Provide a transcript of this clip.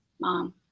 Mom